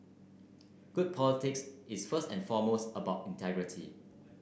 good politics is first and foremost about integrity